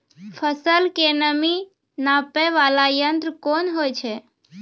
फसल के नमी नापैय वाला यंत्र कोन होय छै